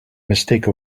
mistake